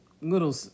little